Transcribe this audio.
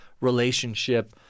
relationship